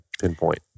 pinpoint